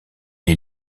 est